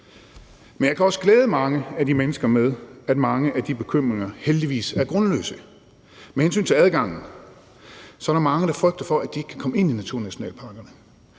Men jeg kan også glæde mange af de mennesker med, at mange af de bekymringer heldigvis er grundløse. Med hensyn til adgangen er der er mange, der frygter for, at de ikke kan komme ind i naturnationalparkerne.